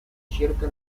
circa